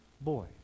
boy